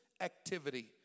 activity